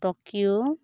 Tokyo